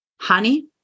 honey